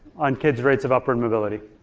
on kids' rates of upward mobility,